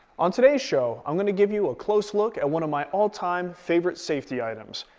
on today's show, i'm going to give you a close look at one of my all time favorite safety items,